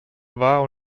war